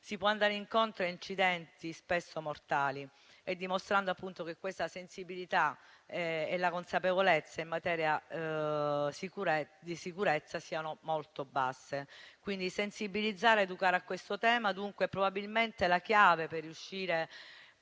si può andare incontro ad incidenti spesso mortali, e dimostrando appunto come questa sensibilità e la consapevolezza in materia di sicurezza siano molto basse. Sensibilizzare ed educare a questo tema sono probabilmente le chiavi per riuscire